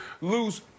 lose